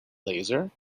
laser